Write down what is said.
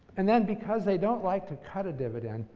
and then, because they don't like to cut a dividend,